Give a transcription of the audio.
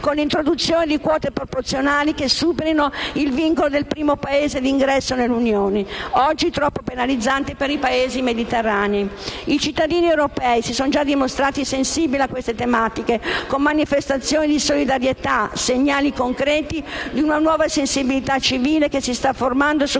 con l'introduzione di quote proporzionali che superino il vincolo del primo Paese di ingresso nell'Unione, oggi troppo penalizzante per i Paesi mediterranei. I cittadini europei si sono già dimostrati sensibili a queste tematiche, con manifestazioni di solidarietà, segnali concreti di una nuova sensibilità civile che si sta formando su